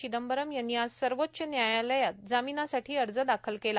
चिदंबरम् यांनी आज सर्वोच्च न्यायालयात जामीनासाठी अर्ज दाखल केला